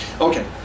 Okay